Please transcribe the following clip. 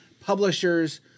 publishers